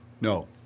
No